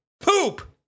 poop